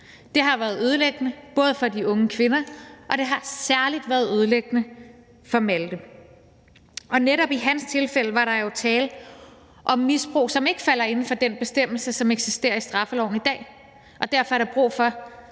Det har været ødelæggende for de unge kvinder, og det har især været ødelæggende for Malte. Og netop i hans tilfælde var der jo tale om misbrug, som ikke falder inden for den bestemmelse, som eksisterer i straffeloven i dag, og derfor er der brug for